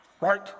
right